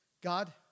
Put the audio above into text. God